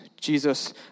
Jesus